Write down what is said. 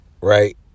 right